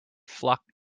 flock